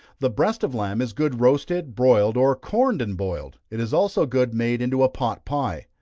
the breast of lamb is good roasted, broiled, or corned and boiled it is also good made into a pot pie.